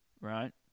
right